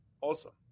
awesome